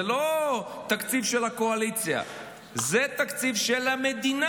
זה לא תקציב של הקואליציה, זה תקציב של המדינה.